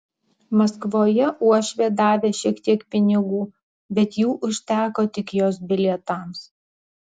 maskvoje uošvė davė šiek tiek pinigų bet jų užteko tik jos bilietams